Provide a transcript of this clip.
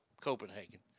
copenhagen